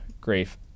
grief